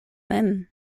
mem